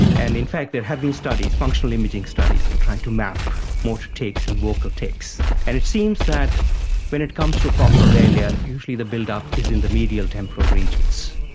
and in fact there have been functional imaging studies in trying to map motor tics and vocal tics, and it seems that when it comes to coprolalia usually the build-up is in the medial temporal regions,